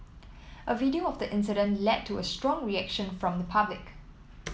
a video of the incident led to a strong reaction from the public